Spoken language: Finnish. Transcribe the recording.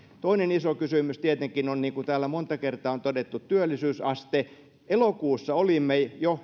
toinen iso kysymys tietenkin on niin kuin täällä monta kertaa on todettu työllisyysaste elokuussa olimme jo